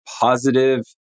positive